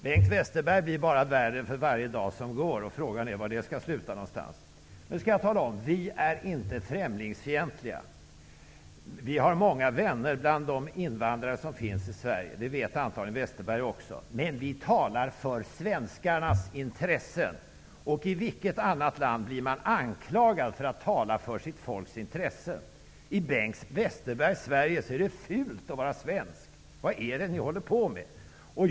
Bengt Westerberg blir bara värre för varje dag som går. Frågan är vad det skall sluta någonstans. Vi i Ny demokrati är inte främlingsfientliga. Vi har många vänner bland de invandrare som finns i Sverige. Det vet antagligen Bengt Westerberg också. Men vi talar för svenskarnas intressen. I vilket annat land blir man anklagad för att tala för sitt folks intresse? I Bengt Westerbergs Sverige är det fult att vara svensk. Vad är det ni håller på med?